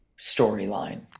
storyline